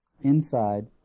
inside